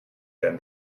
than